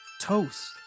toast